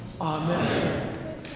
Amen